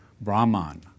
Brahman